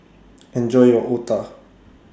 Enjoy your Otah